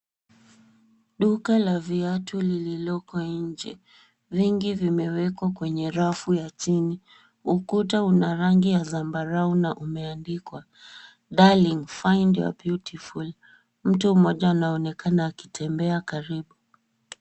Duka la viatu lililoko nje, vingi vimewekwa kwenye rafu ya chini. Ukuta una rangi ya zambarau na umeandikwa Darling, find your beautiful .Mtu mmoja anaonekana akitembea karibu.